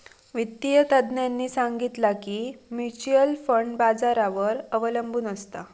वित्तिय तज्ञांनी सांगितला की म्युच्युअल फंड बाजारावर अबलंबून असता